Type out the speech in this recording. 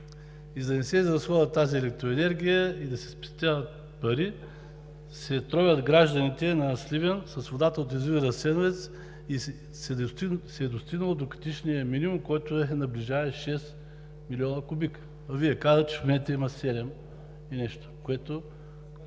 И за да не се изразходва тази електроенергия и да се спестяват пари, се тровят гражданите на Сливен с водата от язовир „Асеновец“ и се е достигнало до критичния минимум, който наближава 6 млн. кубика. Вие казвате, че в момента има седем и нещо, което